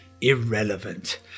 irrelevant